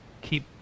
keep